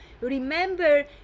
remember